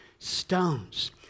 stones